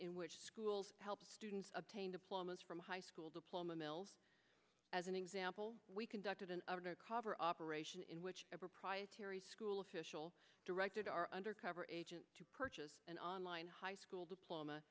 in which schools help students obtain diplomas from high school diploma mills as an example we conducted an undercover operation in which a proprietary school official directed our undercover agent to purchase an online high school diploma